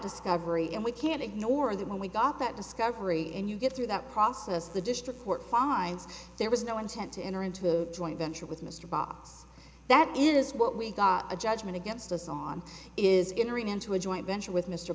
discovery and we can't ignore that when we got that discovery and you get through that process the district court finds there was no intent to enter into a joint venture with mr box that is what we got a judgment against us on is going to read into a joint venture with mr